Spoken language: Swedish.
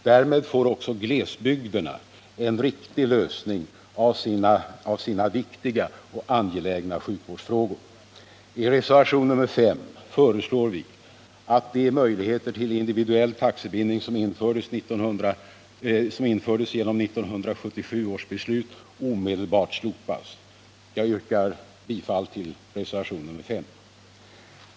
Därmed får också glesbygderna en riktig lösning av sina viktiga och angelägna sjukvårdsfrågor. I reservation nr 5 föreslår vi att de möjligheter till individuell taxebindning som infördes genom 1977 års beslut omedelbart slopas. Jag yrkar bifall till reservation nr 5.